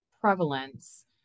prevalence